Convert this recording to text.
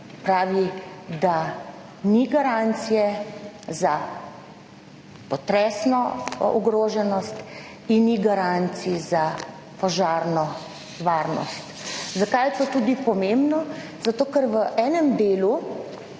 pravi, da ni garancije za potresno ogroženost in ni garancij za požarno varnost. Zakaj je to tudi pomembno? Zato ker v enem delu